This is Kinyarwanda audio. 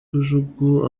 kajugujugu